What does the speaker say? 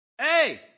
Hey